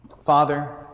Father